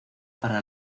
para